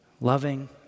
loving